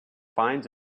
finds